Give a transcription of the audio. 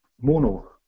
mono